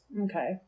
Okay